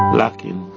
lacking